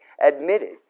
admitted